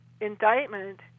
indictment